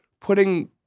Putting